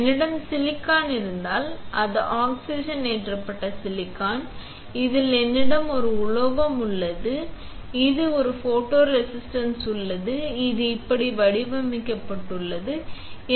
என்னிடம் சிலிக்கான் இருந்தால் அது ஆக்ஸிஜனேற்றப்பட்ட சிலிக்கான் இதில் என்னிடம் ஒரு உலோகம் உள்ளது இதில் ஒரு ஃபோட்டோரெசிஸ்ட் உள்ளது இது இப்படி வடிவமைக்கப்பட்டுள்ளது சரி